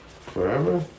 Forever